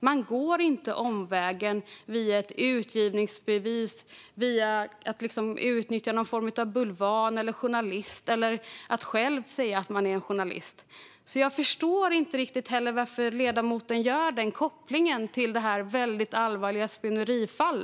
Man går inte omvägen via ett utgivningsbevis, via någon form av bulvan eller journalist eller via att säga att man själv är journalist. Jag förstår heller inte riktigt varför ledamoten gör kopplingen till detta väldigt allvarliga spionerifall.